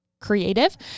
creative